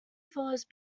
follows